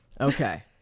Okay